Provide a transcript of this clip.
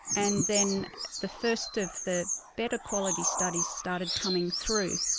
and then the first of the better quality studies started coming through.